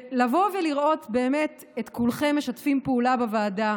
לבוא ולראות באמת את כולכם משתפים פעולה בוועדה